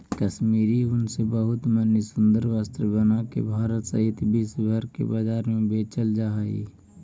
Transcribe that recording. कश्मीरी ऊन से बहुत मणि सुन्दर वस्त्र बनाके भारत सहित विश्व भर के बाजार में बेचल जा हई